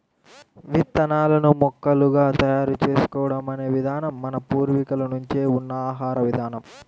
విత్తనాలను మొలకలుగా తయారు చేసుకోవడం అనే విధానం మన పూర్వీకుల నుంచే ఉన్న ఆహార విధానం